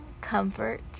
comfort